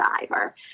diver